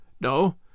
No